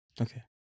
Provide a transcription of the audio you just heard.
Okay